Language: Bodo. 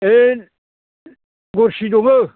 होइथ गरसि दङो